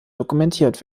dokumentiert